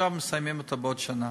יסיימו אותו בעוד שנה.